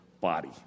body